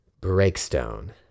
Breakstone